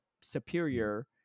superior